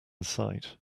sight